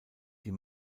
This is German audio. die